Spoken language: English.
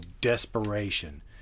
desperation